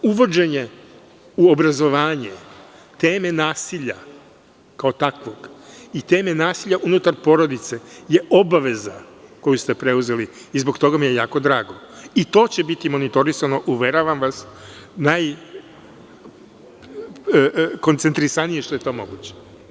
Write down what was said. Uvođenje u obrazovanje teme nasilja kao takvog i teme nasilja unutar porodice je obaveza koju ste preuzeli i zbog toga mi je jako drago i to će biti monitorisano, uveravam vas, najkoncentrisanije što je moguće.